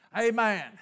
Amen